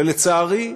ולצערי,